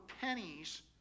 pennies